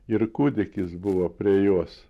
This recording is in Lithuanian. ir kūdikis buvo prie jos